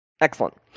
Excellent